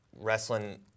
wrestling